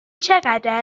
چقدر